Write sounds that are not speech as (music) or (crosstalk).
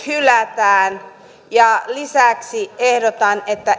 (unintelligible) hylätään ja lisäksi ehdotan että